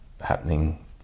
happening